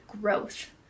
growth